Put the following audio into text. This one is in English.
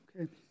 Okay